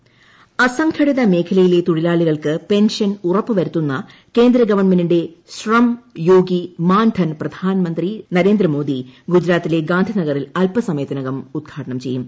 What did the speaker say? പ്രധാനമന്ത്രി ശ്രം യോഗി മൻധൻ അസംഘടിത മേഖലയിലെ തൊഴിലാളികൾക്ക് പെൻഷൻ ഉറപ്പുവരുത്തുന്ന കേന്ദ്ര ഗവൺമെന്റിന്റെ ശ്രം യോഗി മാൻധൻ പ്രധാനമന്ത്രി നരേന്ദ്രമോദി ഗുജറാത്തിലെ ഗാന്ധിനഗറിൽ അൽപ്പസമയത്തിനകം ഉദ്ഘാടനം ചെയ്യും